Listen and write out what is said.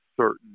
certain